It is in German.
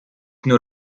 nur